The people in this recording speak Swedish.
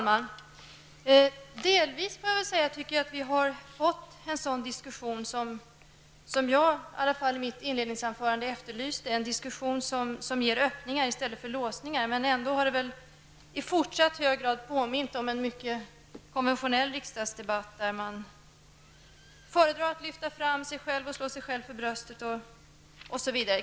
Fru talman! Jag tycker att vi delvis har fått en sådan diskussion som jag efterlyste i mitt inledningsanförande, en diskussion som ger öppningar i stället för låsningar. Men ändå har debatten i hög grad påmint om en konventionell riksdagsdebatt, där man föredrar att lyfta fram sig själv och slå sig för bröstet.